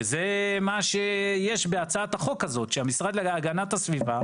וזה מה שיש בהצעת החוק הזאת שהמשרד להגנת הסביבה,